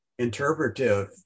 interpretive